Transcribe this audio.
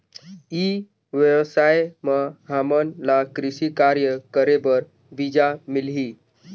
ई व्यवसाय म हामन ला कृषि कार्य करे बर बीजा मिलही?